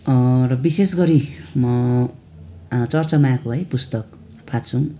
र विशेष गरी म चर्चामा आएको है पुस्तक फात्सुङ